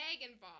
involved